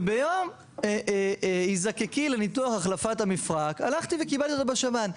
וביום הזדקקי לניתוח החלפת המפרק הלכתי וקיבלתי אותו בשב"ן.